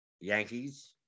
Yankees